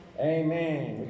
Amen